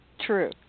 True